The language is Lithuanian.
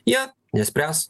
jie nespręs